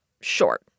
short